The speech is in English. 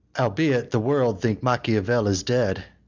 albeit the world think machiavel is dead,